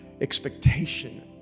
expectation